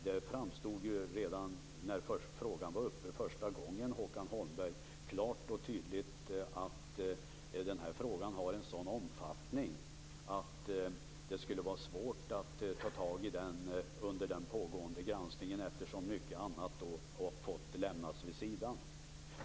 Redan första gången frågan var uppe framstod det, Håkan Holmberg, klart och tydligt att frågan har en sådan omfattning att det skulle vara svårt att ta tag i den under pågående granskning. Mycket annat skulle ju då ha fått läggas åt sidan.